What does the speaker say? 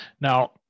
Now